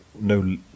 no